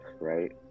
right